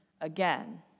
again